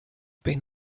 been